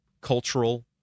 cultural